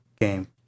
game